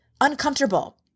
uncomfortable